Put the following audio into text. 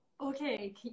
okay